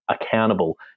accountable